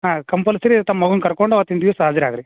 ಹಾಂ ಕಂಪಲ್ಸರಿ ತಮ್ಮ ಮಗುನ ಕರ್ಕೊಂಡು ಅವತ್ತಿನ ದಿವ್ಸ ಹಾಜರಾಗಿರಿ